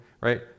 right